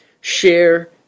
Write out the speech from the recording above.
share